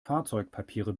fahrzeugpapiere